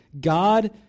God